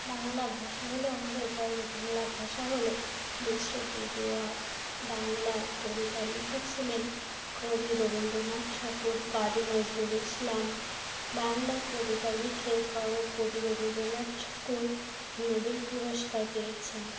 বাংলা ভাষা হলো আমাদের গর্ব বাংলা ভাষা হলো বিশ্বের দ্বিতীয় আট বাংলায় কবিতা লিখেছিলেন কবি রবীন্দ্রনাথ ঠাকুর কাজী নজরুল ইসলাম বাংলায় কবিতা লিখে কাওর কবি রবীন্দ্রনাথ ঠাকুর নোবেল পুরস্কার পেয়েছেন